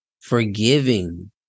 forgiving